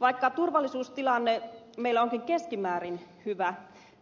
vaikka turvallisuustilanne meillä onkin keskimäärin hyvä